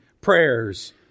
prayers